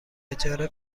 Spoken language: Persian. اجاره